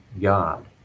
God